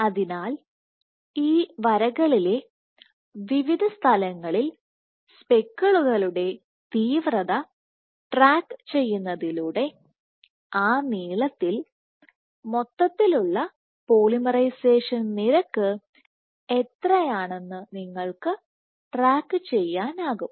അതിനാൽ ഈ വരകളിലെ വിവിധ സ്ഥലങ്ങളിൽ സ്പെക്കിളുകളുടെ തീവ്രത ട്രാക്കു ചെയ്യുന്നതിലൂടെ ആ നീളത്തിൽ മൊത്തത്തിലുള്ള പോളിമറൈസേഷൻ നിരക്ക് എത്രയാണെന്ന് നിങ്ങൾക്ക് ട്രാക്കു ചെയ്യാനാകും